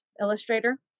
illustrator